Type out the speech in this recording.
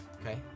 Okay